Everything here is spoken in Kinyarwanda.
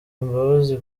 imbabazi